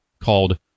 called